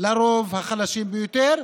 לרוב החלשים ביותר.